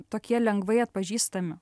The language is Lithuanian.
tokie lengvai atpažįstami